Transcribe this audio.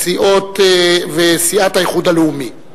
וסיעת האיחוד הלאומי.